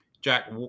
Jack